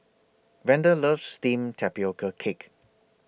Vander loves Steamed Tapioca Cake